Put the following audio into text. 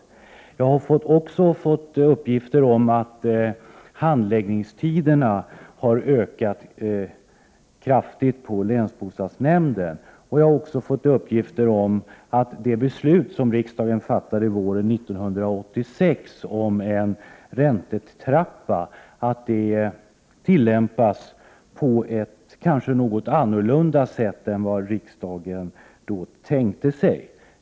12 maj 1989 Jag har också fått uppgifter om att handläggningstiderna har blivit mycket längre på länsbostadsnämnden. Vidare har jag erfarit att det beslut som riksdagen fattade våren 1986 om en räntetrappa kanske inte riktigt tillämpas på det sätt som riksdagen tänkte sig.